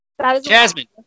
Jasmine